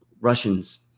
Russians